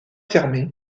fermé